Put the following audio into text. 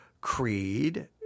creed